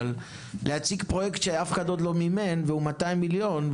אבל להציג פרויקט שאף אחד לא מימן והוא 200 מיליון,